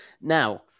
Now